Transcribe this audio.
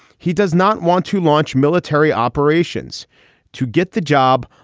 he does not want to launch military operations to get the job.